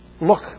look